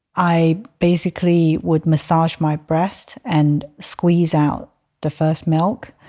i basically would massage my breast and squeeze out the first milk.